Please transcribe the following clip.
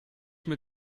mit